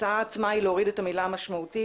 ההצעה היא להוריד את המילה משמעותית